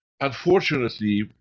unfortunately